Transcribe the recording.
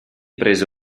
prese